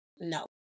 No